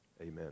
Amen